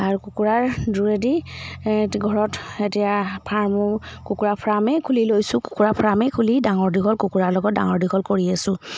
আৰু কুকুৰাৰ দূৰেদি ঘৰত এতিয়া ফাৰ্মো কুকুৰা ফাৰ্মেই খুলি লৈছোঁ কুকুৰা ফাৰ্মেই খুলি ডাঙৰ দীঘল কুকুৰাৰ লগত ডাঙৰ দীঘল কৰি আছোঁ